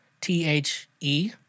t-h-e